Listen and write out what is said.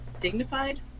dignified